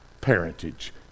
parentage